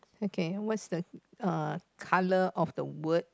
okay what's the uh colour of the word